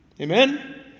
Amen